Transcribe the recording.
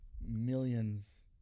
millions